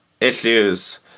Issues